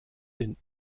den